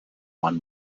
one